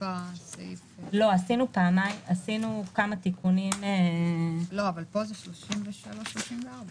סעיף 33 או לפי סעיף